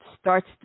starts